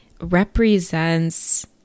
represents